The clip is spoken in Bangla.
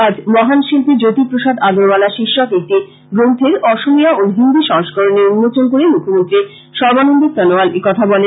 আজ মহানশিল্পী জ্যোতিপ্রসাদ আগরওয়ালা শীর্ষক একটি গ্রন্থের অসমীয়া ও হিন্দী সংস্করণের উন্মোচন করে মৃখ্যমন্ত্রী সর্বানন্দ সনোয়াল একথা বলেন